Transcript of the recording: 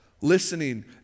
listening